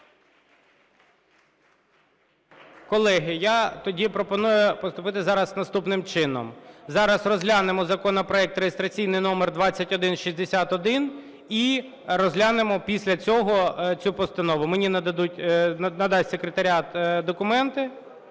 Колеги, я тоді пропоную поступити зараз наступним чином. Зараз розглянемо законопроект реєстраційний номер 2161. І розглянемо після цього цю постанову. Мені надасть секретаріат документи,